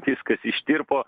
viskas ištirpo